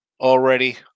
already